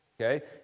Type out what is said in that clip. okay